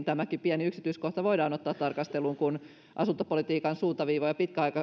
tämäkin pieni yksityiskohta voidaan ottaa tarkasteluun kun asuntopolitiikan suuntaviivoja